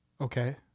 Okay